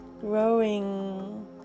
growing